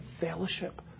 fellowship